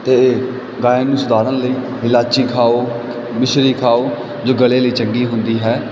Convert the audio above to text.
ਅਤੇ ਗਾਇਨ ਨੂੰ ਸੁਧਾਰਨ ਲਈ ਇਲਾਇਚੀ ਖਾਓ ਮਿਸ਼ਰੀ ਖਾਓ ਜੋ ਗਲੇ ਲਈ ਚੰਗੀ ਹੁੰਦੀ ਹੈ